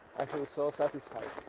i feel so satisfied.